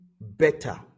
better